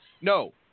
No